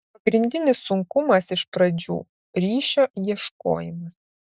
pagrindinis sunkumas iš pradžių ryšio ieškojimas